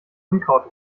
unkraut